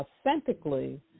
authentically